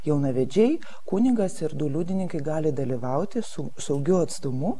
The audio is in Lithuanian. jaunavedžiai kunigas ir du liudininkai gali dalyvauti su saugiu atstumu